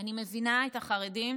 אני מבינה את החרדים